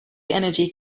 energy